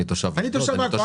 אני תושב פה,